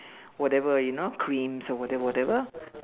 whatever you know creams or whatever whatever